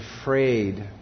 afraid